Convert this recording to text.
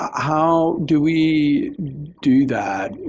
how do we do that?